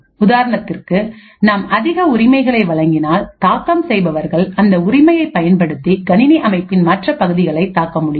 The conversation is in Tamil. உதாரணத்திற்கு நாம் அதிக உரிமைகளை வழங்கினால் தாக்கம்செய்பவர்கள் அந்த உரிமையைப் பயன்படுத்தி கணினி அமைப்பின் மற்ற பகுதிகளையும் தாக்க முடியும்